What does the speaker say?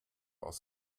aus